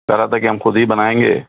کہہ رہا تھا کہ ہم خود ہی بنائیں گے